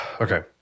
Okay